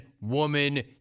woman